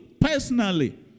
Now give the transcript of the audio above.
personally